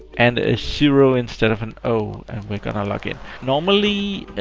and a zero instead of an o, and we're gonna log in. normally,